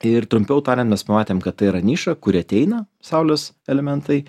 ir trumpiau tariant mes pamatėm kad tai yra niša kuri ateina saulės elementai